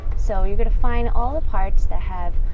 so you're going find all the parts that have